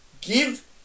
give